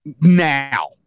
now